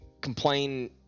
complain